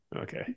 okay